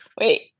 Wait